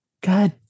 God